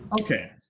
Okay